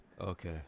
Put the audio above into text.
Okay